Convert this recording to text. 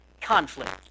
conflict